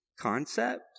concept